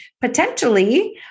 potentially